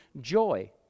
joy